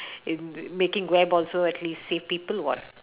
in making web also at least safe people what